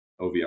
OVR